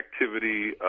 activity